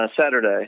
Saturday